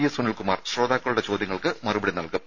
S Sunilkumar ശ്രോതാക്കളുടെ ചോദ്യങ്ങൾക്ക് മറുപടി നൽകും